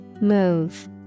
Move